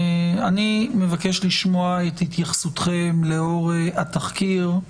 אני מבקש לשמוע את התייחסותכם לאור התחקיר,